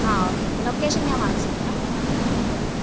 ആ okay okay location ഞാൻ WhatsApp ചെയ്യാം ഓക്കെ ഓക്കെ